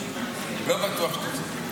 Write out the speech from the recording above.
אני לא בטוח שאתה צודק.